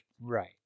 right